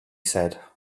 said